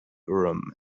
urim